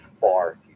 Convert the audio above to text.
far